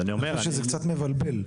אני חושב שזה קצת מבלבל.